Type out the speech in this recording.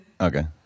Okay